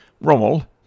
Rommel